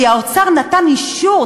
כי האוצר נתן אישור,